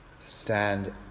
stand